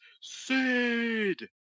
Sid